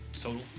Total